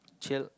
chill